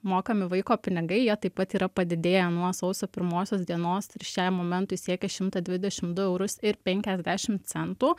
mokami vaiko pinigai jie taip pat yra padidėję nuo sausio pirmosios dienos ir šiam momentui siekia šimtą dvidešimt du eurus ir penkiasdešimt centų